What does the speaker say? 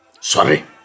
sorry